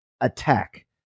attack